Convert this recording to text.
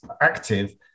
active